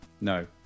No